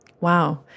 Wow